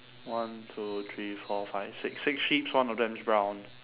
one two three four five six six sheeps one of them is brown